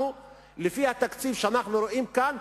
לפי התקציב שאנחנו רואים כאן,